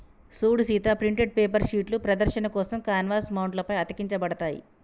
సూడు Sita printed paper షీట్లు ప్రదర్శన కోసం కాన్వాస్ మౌంట్ల పై అతికించబడతాయి